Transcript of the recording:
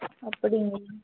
அப்படிங்களா